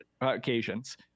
occasions